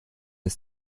des